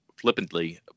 flippantly